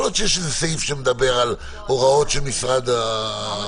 יכול להיות שיש סעיף שמדבר על הוראות של משרד הבריאות.